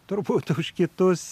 turbūt už kitus